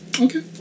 Okay